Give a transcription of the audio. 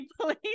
please